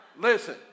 Listen